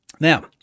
now